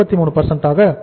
33 ஆக இருக்கும்